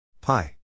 Pi